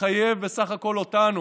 בסך הכול מחייב אותנו,